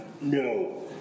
no